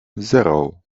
zero